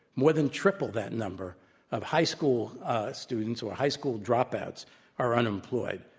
more than triple that number of high school ah students or high school dropouts are unemployed.